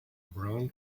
brown